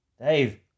Dave